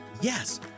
Yes